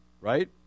Right